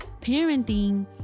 parenting